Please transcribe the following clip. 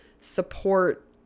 support